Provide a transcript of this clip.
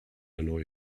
annoy